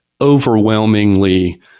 overwhelmingly